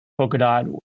Polkadot